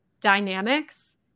dynamics